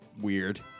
weird